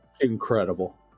incredible